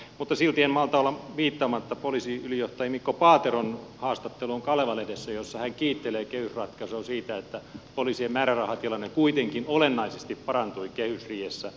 mutta silti en malta olla viittaamatta poliisiylijohtaja mikko paateron haastatteluun kaleva lehdessä jossa hän kiittelee kehysratkaisua siitä että poliisien määrärahatilanne kuitenkin olennaisesti parantui kehysriihessä